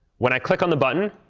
when i click on the button,